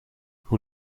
hoe